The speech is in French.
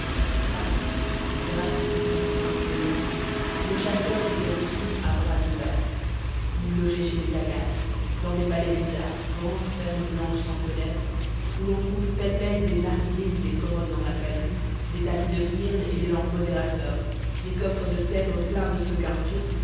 partout grâce au képi du prince grégory nos chasseurs étaient reçus à bras ouverts ils logeaient chez les agas dans des palais bizarres grandes fermes blanches sans fenêtres où l'on trouve pêle-mêle des narghilés et des commodes en acajou des tapis de smyrne et des lampes modérateur des coffres de cèdre pleins de sequins turcs